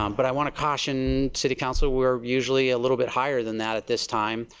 um but i want to caution city council we are usually a little bit higher than that at this time.